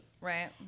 Right